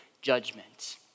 judgment